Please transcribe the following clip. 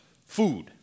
food